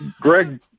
Greg